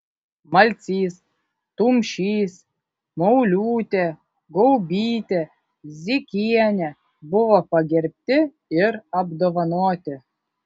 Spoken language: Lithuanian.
malcys tumšys mauliūtė gaubytė zykienė buvo pagerbti ir apdovanoti